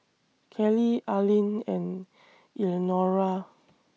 Kellie Arline and Eleanora